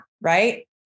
Right